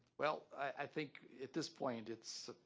well, i think at this point it's